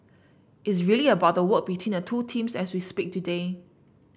it's really about the work between the two teams as we speak today